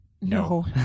No